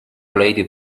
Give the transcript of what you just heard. lady